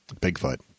Bigfoot